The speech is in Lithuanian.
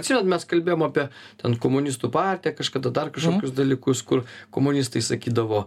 šiandien mes kalbėjom apie ten komunistų partiją kažkada dar kažkokius dalykus kur komunistai sakydavo